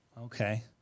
Okay